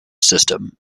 system